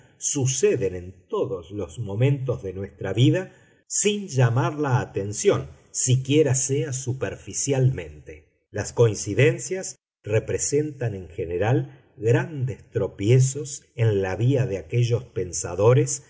suceden en todos los momentos de nuestra vida sin llamar la atención siquiera sea superficialmente las coincidencias representan en general grandes tropiezos en la vía de aquellos pensadores